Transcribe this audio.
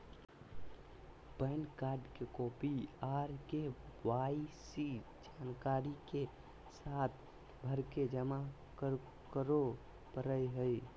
pan card के copy आर KYC जानकारी के साथ भरके जमा करो परय हय